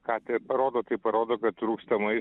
ką tai parodo tai parodo kad trūkstamai